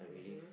mmhmm